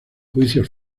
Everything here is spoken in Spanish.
juicios